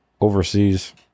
overseas